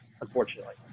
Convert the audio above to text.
Unfortunately